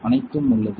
அனைத்தும் உள்ளது